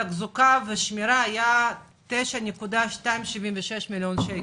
לתחזוקה ושמירה היה 9.276 מיליון שקלים.